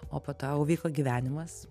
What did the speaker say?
o po to jau vyko gyvenimas